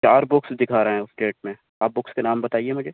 چار بکس دکھا رہے ہیں اس ڈیٹ میں آپ بکس کے نام بتائیے مجھے